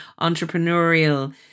entrepreneurial